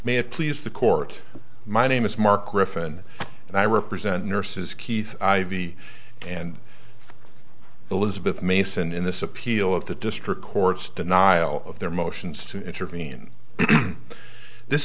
it please the court my name is mark griffin and i represent nurses keith ivey and elizabeth mason in this appeal of the district court's denial of their motions to intervene in this